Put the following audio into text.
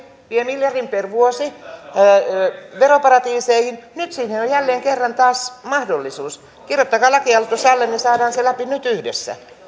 vie miljardin per vuosi veroparatiiseihin nyt siihen on jälleen kerran mahdollisuus kirjoittakaa lakialoite alle niin saadaan se läpi nyt yhdessä